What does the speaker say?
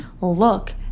look